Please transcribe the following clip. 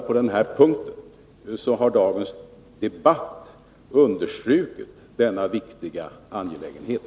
På den punkten har dagens debatt understrukit denna viktiga angelägenhet.